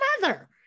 mother